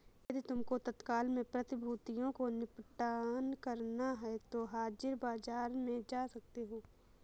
यदि तुमको तत्काल में प्रतिभूतियों को निपटान करना है तो हाजिर बाजार में जा सकते हो